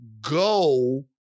go